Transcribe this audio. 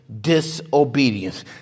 disobedience